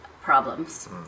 problems